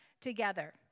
together